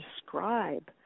describe